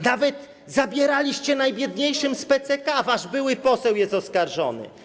Nawet zabieraliście najbiedniejszym z PCK, wasz były poseł jest oskarżony.